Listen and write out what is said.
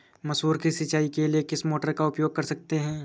मसूर की सिंचाई के लिए किस मोटर का उपयोग कर सकते हैं?